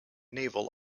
naval